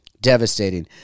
devastating